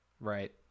Right